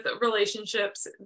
relationships